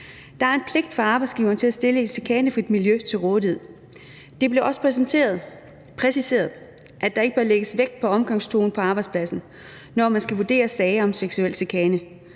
Der er en pligt for arbejdsgiveren til at stille et chikanefrit miljø til rådighed. Det blev også præciseret, at der ikke bør lægges vægt på omgangstone på arbejdspladsen, når man skal vurdere sager om seksuel chikane.